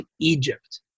Egypt